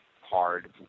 hard